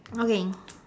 okay